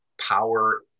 power